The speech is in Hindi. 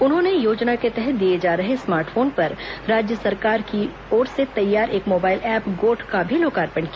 उन्होंने योजना के तहत दिए जा रहे स्मार्ट फोन पर राज्य सरकार की ओर से तैयार एक मोबाइल एप्प गोठ का भी लोकार्पण किया